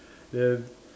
then